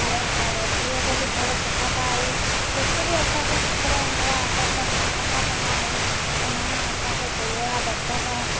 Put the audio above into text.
ऐं असां रोटीअ जो बि थोरो सिखंदा आहियूं कुझु बि असांखे सिखणो हूंदो आहे असां सभु सिखंदा कंदा आहियूं उन मां असांखे गुरू जा भॼन